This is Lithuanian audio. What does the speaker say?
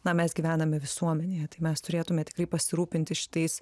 na mes gyvename visuomenėje tai mes turėtume tikrai pasirūpinti šitais